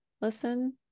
listen